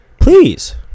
Please